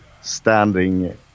standing